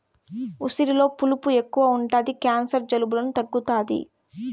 ఉసిరిలో పులుపు ఎక్కువ ఉంటది క్యాన్సర్, జలుబులను తగ్గుతాది